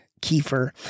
kefir